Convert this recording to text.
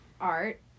art